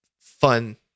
fun